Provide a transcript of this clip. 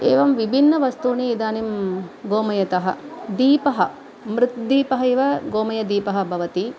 एवं विभिन्नवस्तूनि इदानीं गोमयतः दीपः मृद्दीपः इव गोमयदीपः भवति